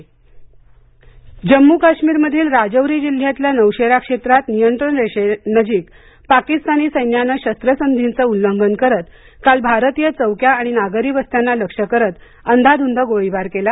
जम्मू काश्मीर शस्त्रसंधी उल्लंघन जम्मू काश्मीर मधील राजौरी जिल्ह्यातल्या नौशेरा क्षेत्रात नियंत्रण रेषेनजीक पाकिस्तानी सैन्यान शस्त्रसंधीचं उल्लंघन करत काल भारतीय चौक्या आणि नागरी वस्त्यांना लक्ष करत अंधाधुंद गोळीबार केला